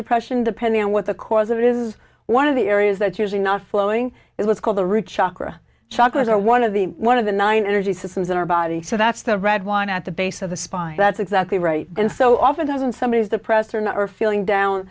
depression depending on what the cause of it is one of the areas that usually not flowing it was called the root chakra chocolate or one of the one of the nine energy systems in our body so that's the red wine at the base of the spine that's exactly right and so often doesn't somebody is depressed or not or feeling down